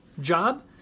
job